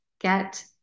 get